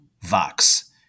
Vox